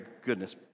goodness